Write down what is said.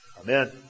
Amen